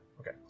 Okay